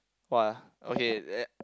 what ah okay then